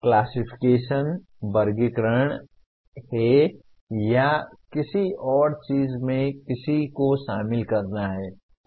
classification वर्गीकरण है या किसी और चीज़ में किसी को शामिल करना हैं